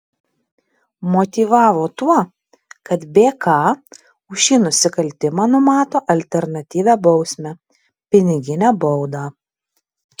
motyvavo tuo kad bk už šį nusikaltimą numato alternatyvią bausmę piniginę baudą